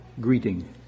greeting